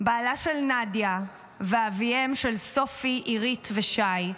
בעלה של נדיה ואביהם של סופי, עירית ושי,